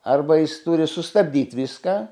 arba jis turi sustabdyt viską